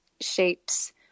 shapes